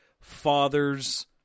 father's